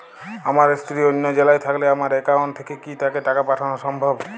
আমার স্ত্রী অন্য জেলায় থাকলে আমার অ্যাকাউন্ট থেকে কি তাকে টাকা পাঠানো সম্ভব?